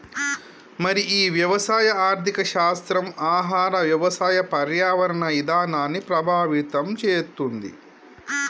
మరి ఈ వ్యవసాయ ఆర్థిక శాస్త్రం ఆహార వ్యవసాయ పర్యావరణ ఇధానాన్ని ప్రభావితం చేతుంది